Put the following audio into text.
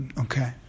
Okay